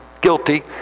guilty